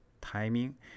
timing